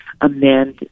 amend